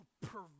pervert